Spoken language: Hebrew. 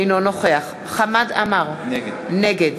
אינו נוכח חמד עמאר, נגד